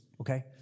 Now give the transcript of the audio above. okay